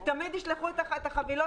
תמיד ישלחו את החבילות